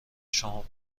شما